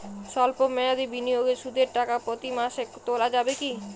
সল্প মেয়াদি বিনিয়োগে সুদের টাকা প্রতি মাসে তোলা যাবে কি?